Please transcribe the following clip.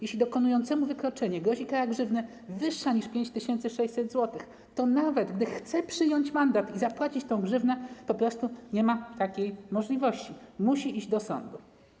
Jeśli popełniającemu wykroczenie grozi kara grzywny wyższa niż 5600 zł, to nawet gdy chce on przyjąć mandat i zapłacić tę grzywnę, po prostu nie ma takiej możliwości, musi iść do sądu.